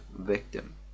victim